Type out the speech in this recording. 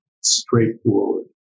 straightforward